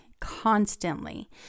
constantly